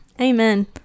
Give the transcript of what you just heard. Amen